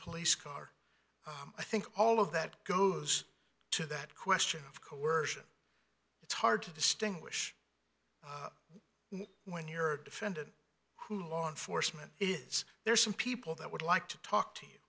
police car i think all of that goes to that question of coercion it's hard to distinguish when you're a defendant who law enforcement is there some people that would like to talk to you